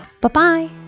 Bye-bye